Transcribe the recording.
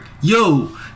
yo